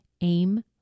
Aim